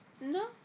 No